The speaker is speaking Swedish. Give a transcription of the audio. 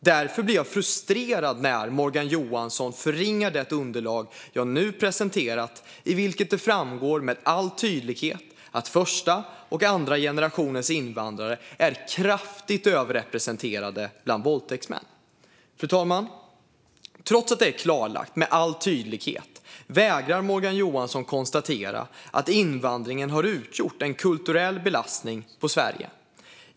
Därför blir jag frustrerad när Morgan Johansson förringar det underlag som jag nu har presenterat och i vilket det tydligt framgår att första och andra generationens invandrare är kraftigt överrepresenterade bland våldtäktsmän. Fru talman! Trots att det är tydligt klarlagt vägrar Morgan Johansson att konstatera att invandringen har utgjort en kulturell belastning på Sverige.